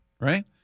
right